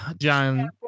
John